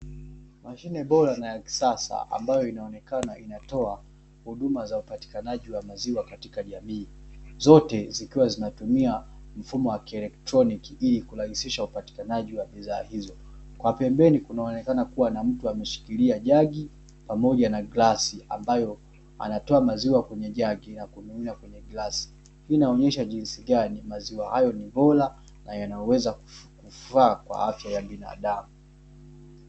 Mashine bora na ya kisasa ambayo inaonekana inatoa huduma za upatikanaji wa maziwa katika jamii, zote zikiwa zinatumia mfumo wa kielektroniki ili kurahisisha upatikanaji wa bidhaa hizo, kwa pembeni kunaonekana kuwa na mtu ameshikilia jagi pamoja na glasi ambayo anatoa maziwa kwenye jagi na kumimina kwenye glasi hii inaonyesha jinsi gani maziwa hayo ni bora na yanaweza kufaa kwa afya ya binadamu.